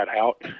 out